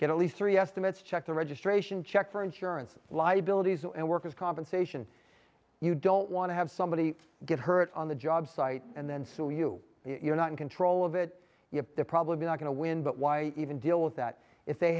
get at least three estimates check the registration check for insurance liabilities and worker's compensation you don't want to have somebody get hurt on the job site and then sue you you're not in control of it you're probably not going to win but why even deal with that if they